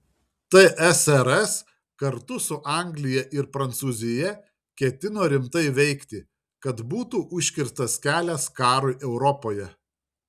tsrs kartu su anglija ir prancūzija ketino rimtai veikti kad būtų užkirstas kelias karui europoje